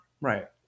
Right